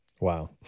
Wow